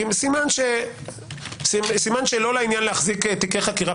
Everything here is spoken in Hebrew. כי סימן שלא לעניין להחזיק תיקי חקירה